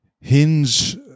hinge